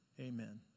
amen